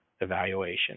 evaluation